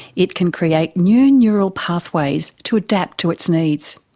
it can create new neural pathways to adapt to its needs.